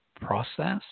process